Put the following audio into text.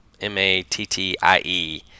M-A-T-T-I-E